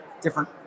different